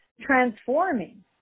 transforming